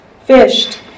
fished